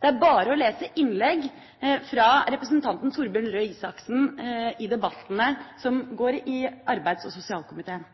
Det er bare å lese innlegg fra representanten Torbjørn Røe Isaksen i debattene som går i arbeids- og sosialkomiteen.